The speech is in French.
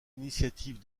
initiative